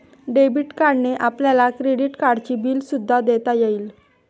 debit कार्डने आपल्याला credit कार्डचे बिल सुद्धा देता येईल